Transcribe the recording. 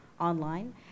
online